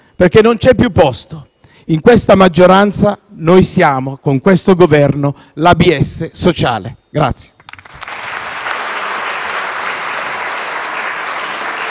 perché non c'è più posto». In questa maggioranza noi siamo, con questo Governo, l'ABS sociale.